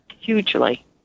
Hugely